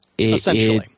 Essentially